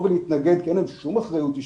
להתנגד ואין להם שום אחריות אישית,